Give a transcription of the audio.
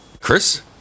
Chris